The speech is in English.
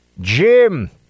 Jim